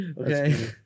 okay